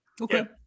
Okay